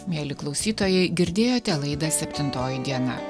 mieli klausytojai girdėjote laidą septintoji diena